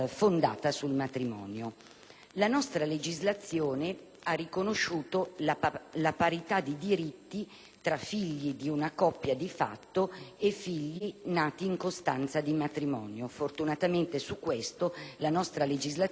La nostra legislazione ha riconosciuto la parità di diritti tra figli di una coppia di fatto e figli nati in costanza di matrimonio. Fortunatamente, a tale riguardo la nostra legislazione ha fatto giustizia.